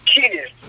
kids